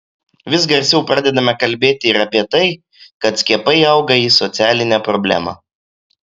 vis garsiau pradedame kalbėti ir apie tai kad skiepai auga į socialinę problemą